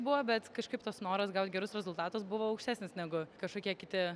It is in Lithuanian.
buvo bet kažkaip tas noras gaut gerus rezultatus buvo aukštesnis negu kažkokie kiti